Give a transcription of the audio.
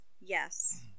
Yes